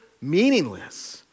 Meaningless